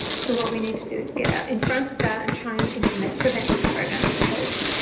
so what we need to do is get out in front of that and try and implement prevention programs to help.